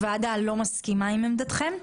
הוועדה לא מסכימה עם עמדתכם.